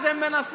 אז הם מנסים